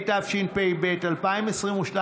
התשפ"ב 2022,